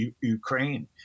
Ukraine